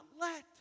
let